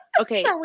Okay